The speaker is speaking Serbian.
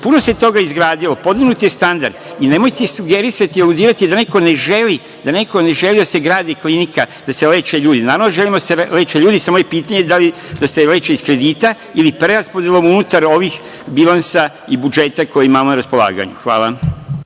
puno toga izgradilo, podignut je standard i nemojte sugerisati, aludirati da neko ne želi da se gradi klinika, da se leče ljudi. Naravno da želimo da se leče ljudi samo je pitanje da li da se leče iz kredita ili preraspodelom unutar ovih bilansa i budžeta koji imamo na raspolaganju. Hvala.